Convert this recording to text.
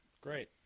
great